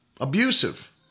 Abusive